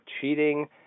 cheating